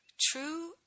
true